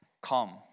come